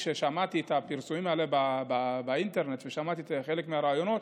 כששמעתי את הפרסומים האלה באינטרנט ושמעתי חלק מהראיונות,